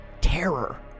Terror